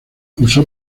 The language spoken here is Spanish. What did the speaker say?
usó